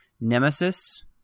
Nemesis